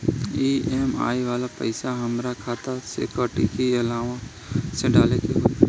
EMI वाला पैसा हाम्रा खाता से कटी की अलावा से डाले के होई?